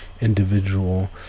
individual